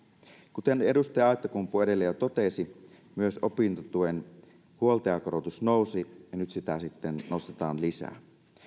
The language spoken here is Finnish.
kuten edustaja aittakumpu edellä jo totesi myös opintotuen huoltajakorotus nousi ja nyt sitä sitten nostetaan lisää